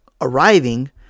arriving